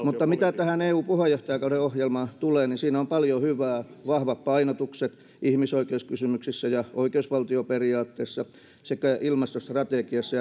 mutta mitä tähän eu puheenjohtajakauden ohjelmaan tulee niin siinä on paljon hyvää vahvat painotukset ihmisoikeuskysymyksissä ja oikeusvaltioperiaatteissa sekä ilmastostrategiassa